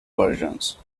versions